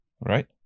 Right